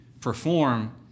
perform